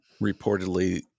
reportedly